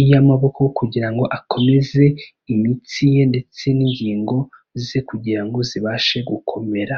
iy'amaboko kugira ngo akomeze imitsi ye ndetse n'ingingo ze, kugira ngo zibashe gukomera.